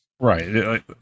Right